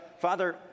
Father